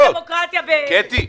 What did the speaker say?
קטי.